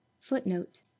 Footnote